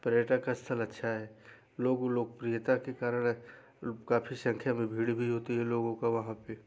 पर्यटक स्थल अच्छा है लोगों लोकप्रियता के कारण काफ़ी संख्या में भीड़ भी होती है लोगों का वहाँ पे